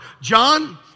John